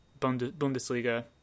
Bundesliga